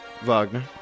Wagner